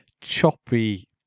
choppy